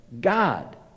God